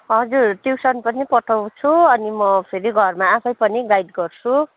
हजुर ट्युसन पनि पठाउँछु अनि म फेरि घरमा आफै पनि गाइड गर्छु